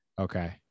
okay